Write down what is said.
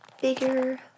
bigger